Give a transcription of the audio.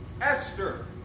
Esther